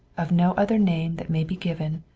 of no other name that may be given,